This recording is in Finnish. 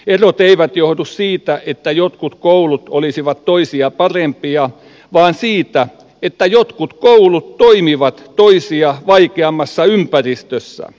erot eivät johdu siitä että jotkut koulut olisivat toisia parempia vaan siitä että jotkut koulut toimivat toisia vaikeammassa ympäristössä